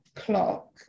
clock